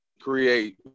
create